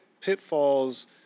pitfalls